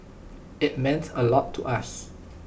IT meant A lot to us